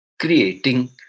creating